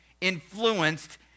influenced